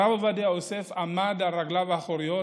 הרב עובדיה יוסף עמד על רגליו האחוריות